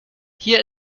hier